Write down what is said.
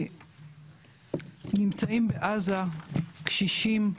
נמצאים בעזה קשישים,